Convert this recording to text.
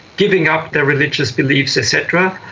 giving up their religious beliefs et cetera.